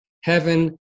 heaven